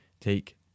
take